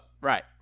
Right